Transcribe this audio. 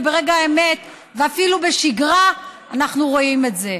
וברגע האמת, ואפילו בשגרה, אנחנו רואים את זה.